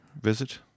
visit